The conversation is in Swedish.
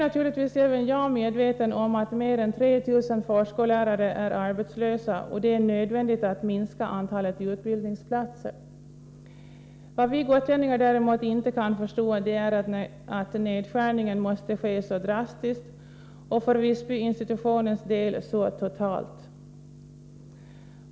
Naturligtvis är även jag medveten om att mer än 3 000 förskollärare är arbetslösa. Det är nödvändigt att antalet utbildningsplatser minskas. Vad vi gotlänningar däremot inte kan förstå är att nedskärningen måste ske så drastiskt och att den måste vara så total för Visbyinstitutionen.